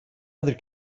other